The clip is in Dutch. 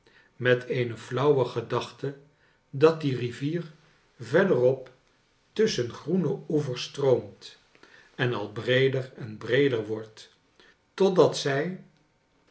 met eene flauwe gedachte dat die rivier verderop tusschen groene oevers stroomt en al breeder en breeder wordt totdat zij